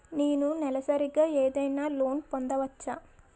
నేను నెలసరిగా ఏదైనా లోన్ పొందవచ్చా?